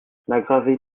n’aggravez